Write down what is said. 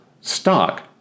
stock